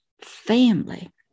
family